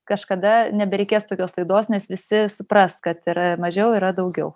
kažkada nebereikės tokios laidos nes visi supras kad yra mažiau yra daugiau